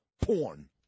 porn